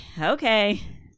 okay